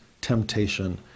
temptation